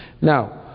Now